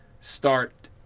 start